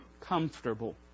Comfortable